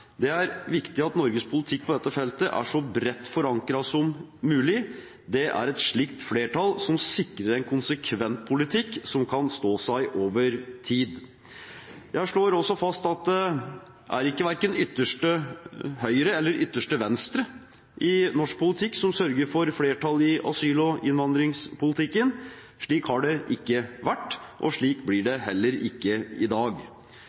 Det er viktig at Norges politikk på dette feltet er så bredt forankret som mulig, det er et slikt flertall som sikrer en konsekvent politikk som kan stå seg over tid. Jeg slår også fast at det er verken ytterste høyre eller ytterste venstre i norsk politikk som sørger for flertall i asyl- og innvandringspolitikken. Det har det ikke vært, og slik blir det heller ikke i dag.